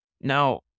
Now